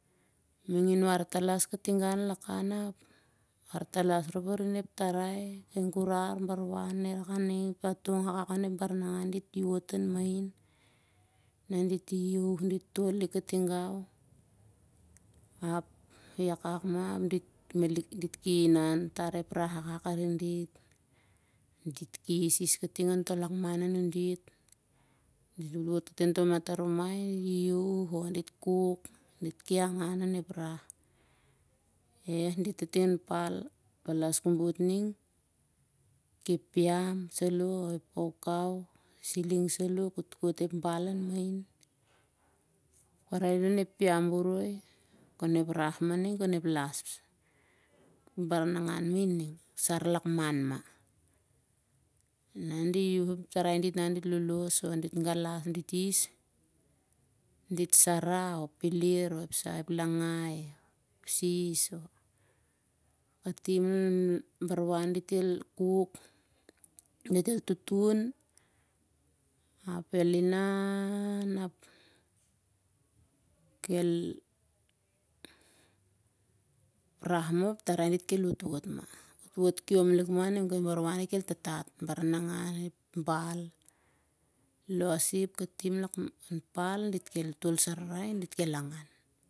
Mangin war talas katgau lakan. War talas rop arin ep tarai, kai gurar bar wan irak aning atong akak on ep baranangan dit ki woto an main. Nah dit iaiauh dit tol lik katingau ap iwakak mah ap dit ki inan di tar ep rah akak arin dit ap dit ki hisis kating han lakman anun dit. Dit el wot kating on toh matarumai dit iaiauh oh dit kuk dit ki angan on ep rah. Wot kating an pal, palas kobot ning pit piam saloh oh ep kaukau. Siling saloh kotkot ep bal rah mah ining kon ep las baranangan man ining, sar lakman mah. Na di iaiauh ep tarai dit han dit lolos oh dit galas. Dit his dit sarah ep peler oh ep langai oh ep sis oh kating arin bar wan dit el kuk. Met el tutun. Ap el rah mah ap kai tarai dit kel wotwot mah. Wot koim lik mah ap bar wan dit kel tatat ep baranangan ep bal. losi katim han pal dit el tol sarari ap dit kel angan mah.